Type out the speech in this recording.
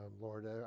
Lord